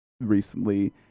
recently